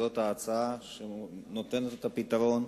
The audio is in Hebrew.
זאת ההצעה שנותנת את הפתרון.